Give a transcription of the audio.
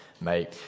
make